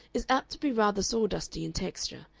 is apt to be rather sawdusty in texture,